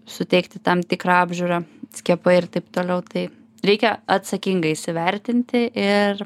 suteikti tam tikrą apžiūrą skiepai ir taip toliau tai reikia atsakingai įsivertinti ir